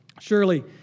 Surely